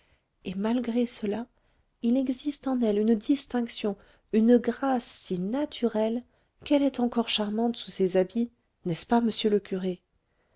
et malgré cela il existe en elle une distinction une grâce si naturelles qu'elle est encore charmante sous ces habits n'est-ce pas monsieur le curé